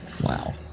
wow